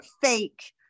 fake